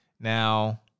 Now